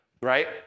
right